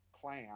clan